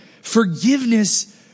forgiveness